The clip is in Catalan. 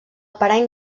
parany